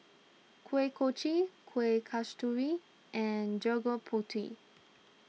Kuih Kochi Kueh Kasturi and Gudeg Putih